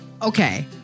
Okay